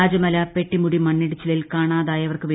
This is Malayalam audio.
രാജമല പെട്ടിമുടി മണ്ണിടിച്ചിലിൽ കാണാതായവർക്ക് ദ്ദ്